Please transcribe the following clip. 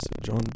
John